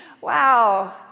wow